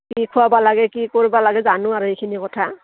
কি খোৱাব লাগে কি কৰিবা লাগে জানো আৰু এইখিনি কথা